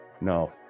no